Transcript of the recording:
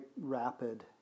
rapid